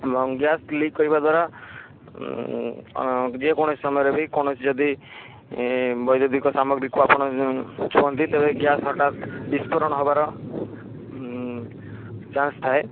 ଏବଂ gas leak କରିବା ଦ୍ୱାରା ଯେକୌଣସି ସମୟରେ ବି କୌଣସି ଯଦି ବୈଦ୍ୟୁତିଙ୍କ ସାମଗ୍ରୀକୁ ଆପଣ ଛୁଅନ୍ତି ତେବେ ଗ୍ୟାସ୍ ହଠାତ୍ ବିସ୍ପୋରଣ ହେବାର ଚାନ୍ସ୍ ଥାଏ